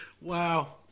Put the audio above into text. Wow